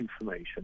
information